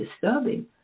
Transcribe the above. disturbing